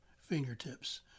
Fingertips